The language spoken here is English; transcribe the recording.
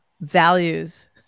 values